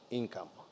income